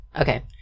Okay